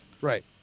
Right